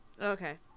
Okay